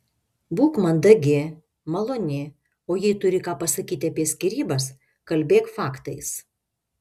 būk mandagi maloni o jei turi ką pasakyti apie skyrybas kalbėk faktais